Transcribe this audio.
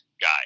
guy